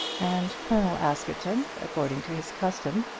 and colonel askerton, according to his custom,